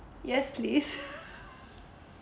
yes please